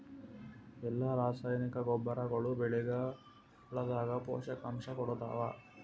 ಎಲ್ಲಾ ರಾಸಾಯನಿಕ ಗೊಬ್ಬರಗೊಳ್ಳು ಬೆಳೆಗಳದಾಗ ಪೋಷಕಾಂಶ ಕೊಡತಾವ?